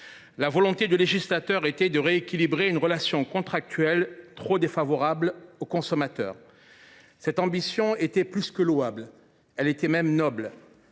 La volonté du législateur était de rééquilibrer une relation contractuelle trop défavorable aux consommateurs. Cette ambition était plus que louable. Elle était même noble.